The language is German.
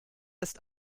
ist